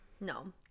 no